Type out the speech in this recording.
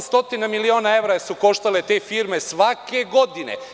Osamsto miliona evra su koštale te firme svake godine.